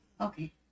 okay